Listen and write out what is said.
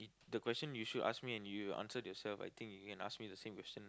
the question you should ask me and you answered yourself I think you can ask me the same question